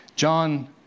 John